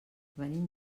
venim